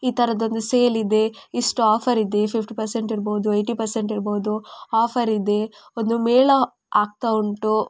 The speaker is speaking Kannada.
ಈ ಥರದ್ದೊಂದು ಸೇಲ್ ಇದೆ ಇಷ್ಟು ಆಫರ್ ಇದೆ ಫಿಫ್ಟಿ ಪರ್ಸೆಂಟ್ ಇರ್ಬೋದು ಏಯ್ಟಿ ಪರ್ಸೆಂಟ್ ಇರ್ಬೋದು ಆಫರ್ ಇದೆ ಒಂದು ಮೇಳ ಆಗ್ತಾ ಉಂಟು